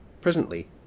Presently